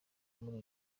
muri